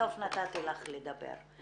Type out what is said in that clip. שבסוף נתתי לך לדבר.